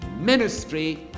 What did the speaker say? ministry